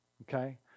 okay